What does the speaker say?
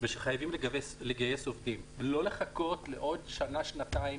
ושחייבים לגייס עובדים ולא לחכות עוד שנה או שנתיים